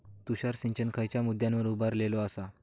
तुषार सिंचन खयच्या मुद्द्यांवर उभारलेलो आसा?